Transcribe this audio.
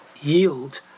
yield